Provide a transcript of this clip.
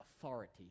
authority